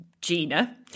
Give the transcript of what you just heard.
Gina